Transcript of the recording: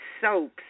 soaps